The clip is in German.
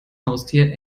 haustier